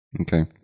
Okay